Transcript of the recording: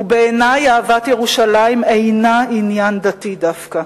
בעיני אהבת ירושלים אינה עניין דתי דווקא.